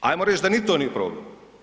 Ajmo reć da ni to nije problem.